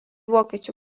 vokiečių